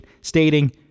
stating